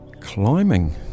Climbing